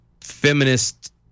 feminist